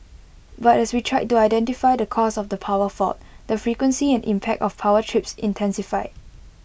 but as we tried to identify the cause of the power fault the frequency and impact of power trips intensified